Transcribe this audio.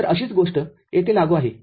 तर अशीच गोष्ट येथे लागू आहे